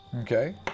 Okay